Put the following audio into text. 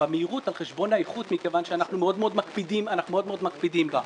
במהירות על חשבון האיכות מכיוון שאנחנו מאוד מאוד מקפידים בה.